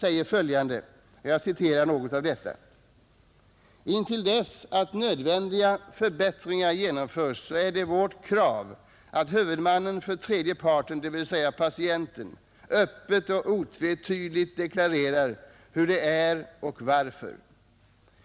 I denna står det bl.a.: ”Intill dess att nödvändiga förbättringar genomförs är det vårt krav att huvudmannen för tredje parten, dvs. patienten, öppet och otvetydigt deklarerar hur det är och varför.